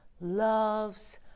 loves